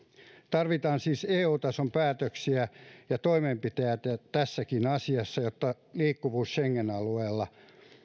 tarvitaan siis eu tason päätöksiä ja toimenpiteitä tässäkin asiassa jotta liikkuvuus schengen alueella